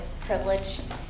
privileged